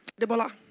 Debola